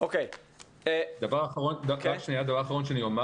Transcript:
דבר אחרון שאני אומר